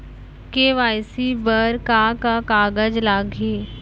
KYC बर का का कागज लागही?